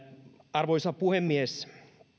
arvoisa puhemies